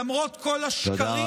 למרות כל השקרים,